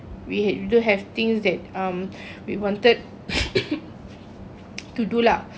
we have we don't have things that um we wanted to do lah